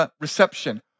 reception